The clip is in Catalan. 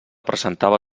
presentava